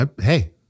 Hey